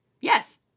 Yes